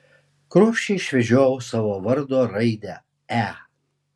kruopščiai išvedžiojau savo vardo raidę e